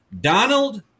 Donald